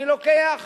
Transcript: אני לוקח